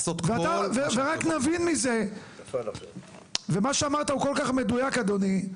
ומה שאמרת הוא כל כך מדויק, אדוני,